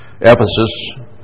Ephesus